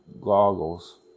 goggles